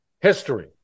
history